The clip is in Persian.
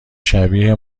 شبیه